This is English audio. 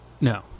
No